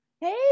Hey